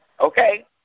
Okay